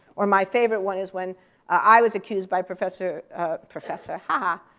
or my favorite one is when i was accused by professor professor, ha